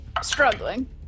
struggling